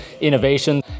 innovation